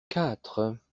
quatre